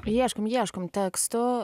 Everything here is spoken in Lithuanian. ieškom ieškom tekstų